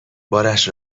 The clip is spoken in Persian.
بارش